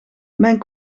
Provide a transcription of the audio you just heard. mijn